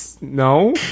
No